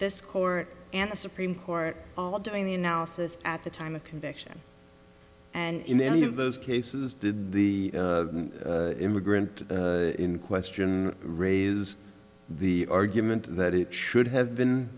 this court and the supreme court all doing the analysis at the time of conviction and in any of those cases did the immigrant in question raise the argument that it should have been